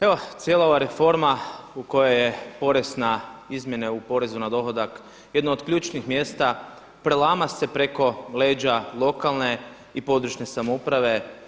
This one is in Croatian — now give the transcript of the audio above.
Evo cijela ova reforma u kojoj je izmjene u porezu na dohodak jedno od ključnih mjesta prelama se preko leđa lokalne i područne samouprave.